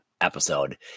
episode